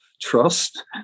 trust